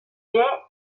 ere